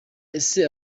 ese